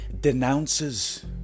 denounces